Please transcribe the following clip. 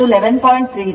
39 ಮತ್ತು IL ಇದು 43